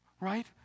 Right